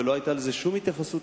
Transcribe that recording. ולא היתה שום התייחסות,